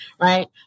right